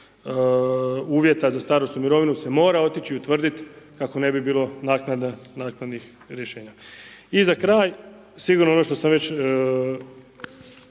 uvjeta za starosnu mirovinu se mora otići utvrdit kako ne bi bilo naknada, naknadnih rješenja. I za kraj sigurno ono što sam već